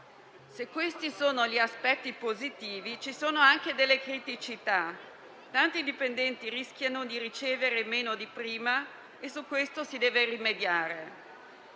Se questi sono gli aspetti positivi, ci sono anche delle criticità. Tanti dipendenti rischiano di ricevere meno di prima e su questo si deve rimediare.